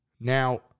Now